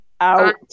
out